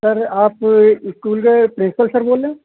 سر آپ اسکول کے principal sir بول رہے ہیں